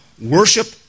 worship